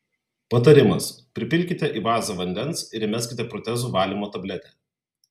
patarimas pripilkite į vazą vandens ir įmeskite protezų valymo tabletę